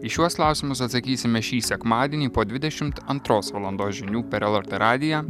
į šiuos klausimus atsakysime šį sekmadienį po dvidešimt antros valandos žinių per lrt radiją